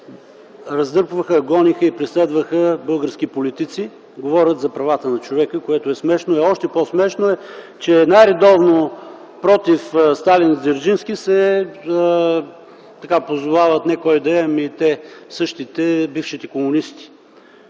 раздърпваха, гониха и преследваха български политици, говорят за правата на човека, което е смешно. Още по-смешно е, че най-редовно против Сталин и Дзержински се позовава не кой да е, ами същите, бившите комунисти.